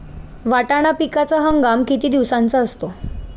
वाटाणा पिकाचा हंगाम किती दिवसांचा असतो?